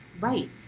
Right